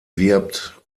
wirbt